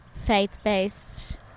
faith-based